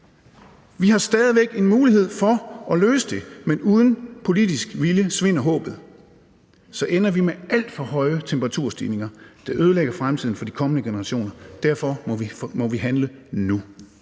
Vi har stadig væk en mulighed for at løse det, men uden politisk vilje svinder håbet. Så ender vi med alt for høje temperaturstigninger, der ødelægger fremtiden for de kommende generationer. Derfor må vi handle nu.